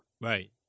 Right